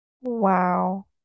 Wow